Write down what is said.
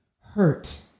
hurt